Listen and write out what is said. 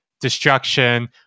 destruction